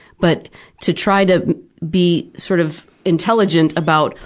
but to try to be sort of intelligent about,